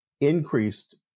increased